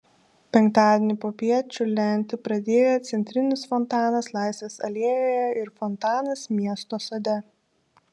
penktadienį popiet čiurlenti pradėjo centrinis fontanas laisvės alėjoje ir fontanas miesto sode